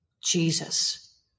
Jesus